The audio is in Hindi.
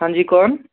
हाँ जी कौन